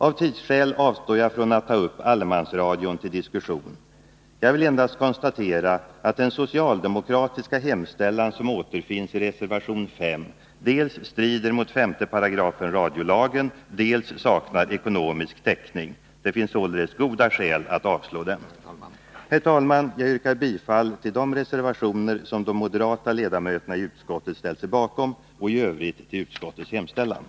Av tidsskäl avstår jag från att ta upp allemansradion till diskussion. Jag vill endast konstatera att den socialdemokratiska hemställan som återfinns i reservation 5 dels strider mot 5 § radiolagen, dels saknar ekonomisk täckning. Det finns således goda skäl att avslå den. Herr talman! Jag yrkar bifall till de reservationer som de moderata ledamöterna i utskottet har ställt sig bakom och i övrigt till utskottets hemställan.